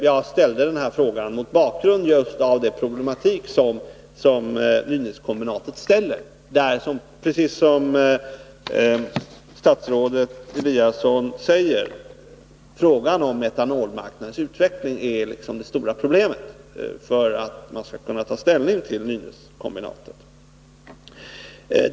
Jag ställde frågan just mot bakgrund av problematiken i samband med Nynäskombinatet. Precis som statsrådet Eliasson säger är frågan om metanolmarknadens utveckling det stora problemet när det gäller att ta ställning till Nynäskombinatet.